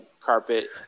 carpet